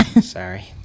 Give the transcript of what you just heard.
sorry